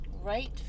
right